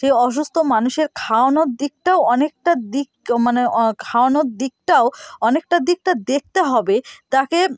সেই অসুস্থ মানুষের খাওয়ানোর দিকটাও অনেকটা দিক মানে অ খাওয়ানোর দিকটাও অনেকটা দিকটা দেখতে হবে তাকে